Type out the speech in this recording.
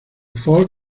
folk